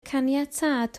caniatâd